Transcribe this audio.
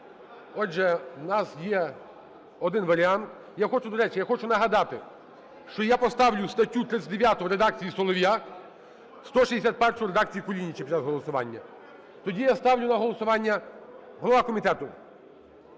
Отже, в нас є один варіант. Я хочу, до речі, я хочу нагадати, що я поставлю статтю 39 в редакції Солов'я, 161-у в редакції Кулініча під час голосування. Тоді я ставлю на голосування… Голова комітету!